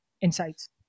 insights